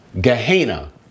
Gehenna